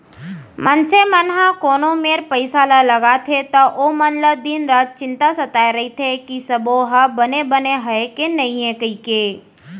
मनसे मन ह कोनो मेर पइसा ल लगाथे त ओमन ल दिन रात चिंता सताय रइथे कि सबो ह बने बने हय कि नइए कइके